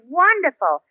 wonderful